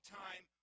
time